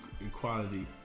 equality